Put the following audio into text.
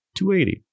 280